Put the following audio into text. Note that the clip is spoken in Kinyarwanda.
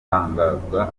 hatangazwa